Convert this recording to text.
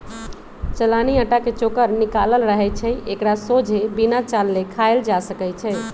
चलानि अटा के चोकर निकालल रहै छइ एकरा सोझे बिना चालले खायल जा सकै छइ